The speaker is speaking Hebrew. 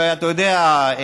ואתה יודע,